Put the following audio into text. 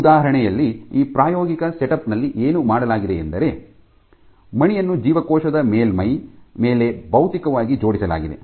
ಈ ಉದಾಹರಣೆಯಲ್ಲಿ ಈ ಪ್ರಾಯೋಗಿಕ ಸೆಟಪ್ ನಲ್ಲಿ ಏನು ಮಾಡಲಾಗಿದೆಯೆಂದರೆ ಮಣಿಯನ್ನು ಜೀವಕೋಶದ ಮೇಲ್ಮೈ ಮೇಲೆ ಭೌತಿಕವಾಗಿ ಜೋಡಿಸಲಾಗಿದೆ